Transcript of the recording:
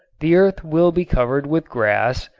the earth will be covered with grass,